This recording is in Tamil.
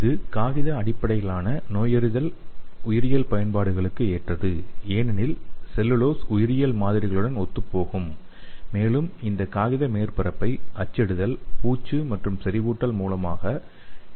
இந்த காகித அடிப்படையிலான நோயறிதல் உயிரியல் பயன்பாடுகளுக்கு ஏற்றது ஏனெனில் செல்லுலோஸ் உயிரியல் மாதிரிகளுடன் ஒத்துப்போகும் மேலும் இந்த காகித மேற்பரப்பை அச்சிடுதல் பூச்சு மற்றும் செறிவூட்டல் மூலம் எளிதாக மாற்றம் செய்ய முடியும்